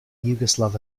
yugoslav